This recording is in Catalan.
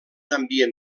ambient